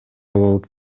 болуп